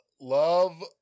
Love